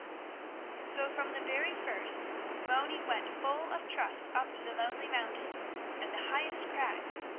so from the very first moni went full of trust up to the lonely mountains and the highest crags,